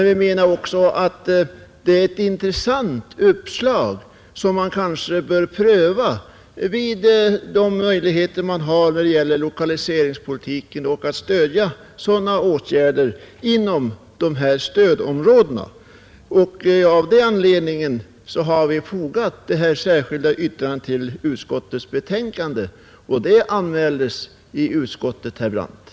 Vi menar också att det är ett intressant uppslag som man kanske bör pröva i lokaliseringspolitikssyfte att vidta sådana åtgärder inom stödområdena. Av denna anledning har vi fogat detta särskilda yttrande till utskottets betänkande, och det anmäldes i utskottet, herr Brandt.